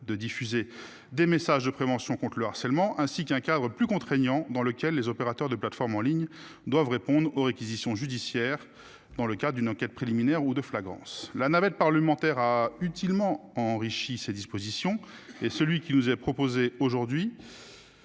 de diffuser des messages de prévention contre le harcèlement ainsi qu'un cadre plus contraignant dans lequel les opérateurs de plateforme en ligne doivent répondre aux réquisitions judiciaires. Dans le cas d'une enquête préliminaire ou de flagrance la navette parlementaire a utilement enrichi ces dispositions et celui qui nous est proposé aujourd'hui.